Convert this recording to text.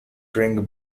drink